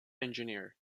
engineer